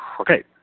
Okay